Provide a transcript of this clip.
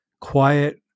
quiet